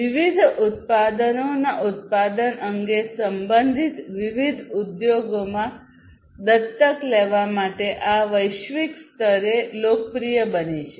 વિવિધ ઉત્પાદનોના ઉત્પાદન અંગે સંબંધિત વિવિધ ઉદ્યોગોમાં દત્તક લેવા માટે આ વૈશ્વિક સ્તરે લોકપ્રિય બન્યું